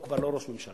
הוא כבר לא ראש ממשלה.